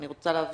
אני רוצה להבין.